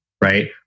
right